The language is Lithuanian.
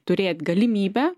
turėt galimybę